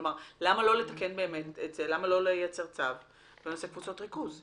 כלומר: למה לא לייצר צו בנושא קבוצת ריכוז?